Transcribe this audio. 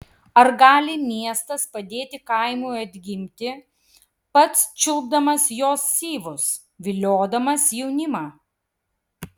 ar gali miestas padėti kaimui atgimti pats čiulpdamas jo syvus viliodamas jaunimą